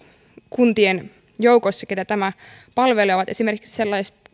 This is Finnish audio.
kuntien joukossa joita tämä palvelee ovat esimerkiksi sellaiset